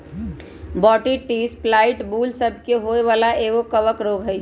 Botrytis blight फूल सभ के होय वला एगो कवक रोग हइ